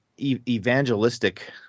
evangelistic